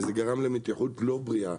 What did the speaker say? וזה גרם למתיחות לא בריאה.